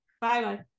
Bye-bye